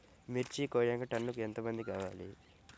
మిర్చి కోయడానికి టన్నుకి ఎంత మంది కావాలి?